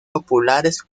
populares